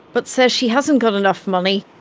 but says she hasn't got enough money.